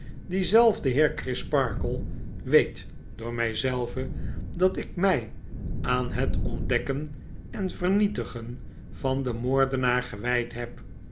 diezelfde heer crisparkle weet door mij zelven dat ik mij aan het ontdekken en vernietigen van den moordenaar gewgd heb